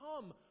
come